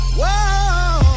whoa